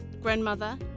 grandmother